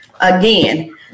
Again